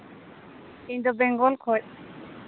ᱤᱧᱫᱚ ᱵᱮᱝᱜᱚᱞ ᱠᱷᱚᱱ